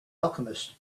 alchemist